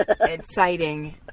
Exciting